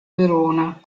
verona